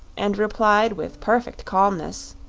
and replied with perfect calmness